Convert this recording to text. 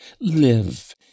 Live